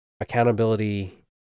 accountability